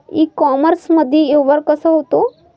इ कामर्समंदी व्यवहार कसा होते?